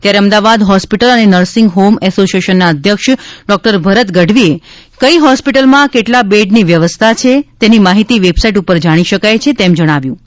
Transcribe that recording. ત્યારે અમદાવાદ હોસ્પિટલ અને nursing home એસોશિએશનના અધ્યક્ષ ડૉક્ટર ભરત ગઢવીએ કઈ હૉસ્પિટલમાં કેટલા બેડની વ્યવસ્થા છે તેની માહિતી વેબસાઈટ ઉપર જાણી શકાય છે તેમ જણાવ્યું હતું